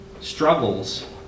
struggles